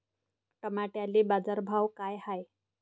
टमाट्याले बाजारभाव काय हाय?